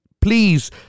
please